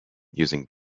using